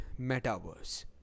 Metaverse